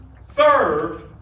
served